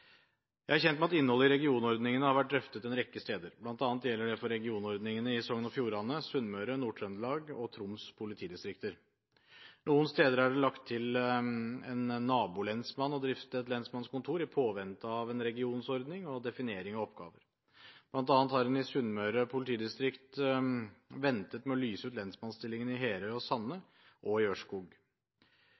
Jeg er kjent med at innholdet i regionordningene har vært drøftet en rekke steder, bl.a. gjelder det for regionordningene i Sogn og Fjordane, Sunnmøre, Nord-Trøndelag og Troms politidistrikter. Noen steder er det lagt til en nabolensmann å drifte et lensmannskontor i påvente av en regionordning og definering av oppgaver, bl.a. har en i Sunnmøre politidistrikt ventet med å lyse ut lensmannsstillingen i Herøy og Sande og i Ørskog.